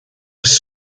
was